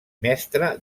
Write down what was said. mestre